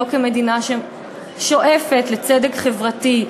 לא כמדינה ששואפת לצדק חברתי,